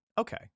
Okay